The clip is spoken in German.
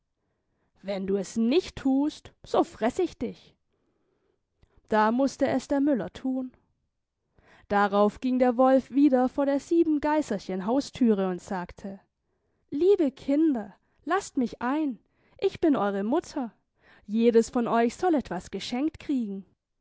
wenn du es nicht thust so freß ich dich da mußte es der müller thun darauf ging der wolf wieder vor der sieben geiserchen hausthüre und sagte liebe kinder laßt mich ein ich bin eure mutter jedes von euch soll etwas geschenkt kriegen